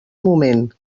moment